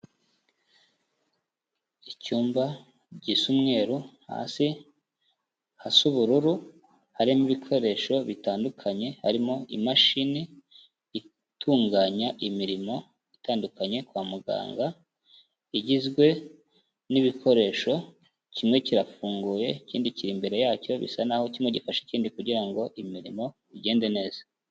Icyumba gisa umweru, hasi hasa ubururu, harimo ibikoresho bitandukanye; Harimo imashini itunganya imirimo itandukanye kwa muganga, igizwe n'ibikoresho. Kimwe kirafunguye ikindi kiri imbere yacyo, bisa naho kimwe gifasha ikindi kugira ngo imirimo igende neza.